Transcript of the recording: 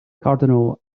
cardinal